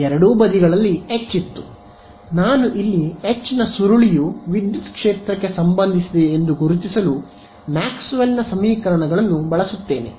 ಎರಡೂ ಬದಿಗಳಲ್ಲಿ ಎಚ್ ಇತ್ತು ನಾನು ಇಲ್ಲಿ H ನ ಸುರುಳಿಯು ವಿದ್ಯುತ್ ಕ್ಷೇತ್ರಕ್ಕೆ ಸಂಬಂಧಿಸಿದೆ ಎಂದು ಗುರುತಿಸಲು ಮ್ಯಾಕ್ಸ್ವೆಲ್ನ ಸಮೀಕರಣಗಳನ್ನು ಬಳಸುತ್ತೇನೆ